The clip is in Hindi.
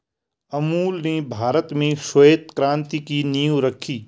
अमूल ने भारत में श्वेत क्रान्ति की नींव रखी